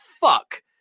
fuck